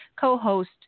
co-host